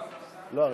זחאלקָה,